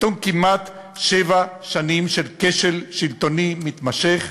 בתום כמעט שבע שנים של כשל שלטוני מתמשך,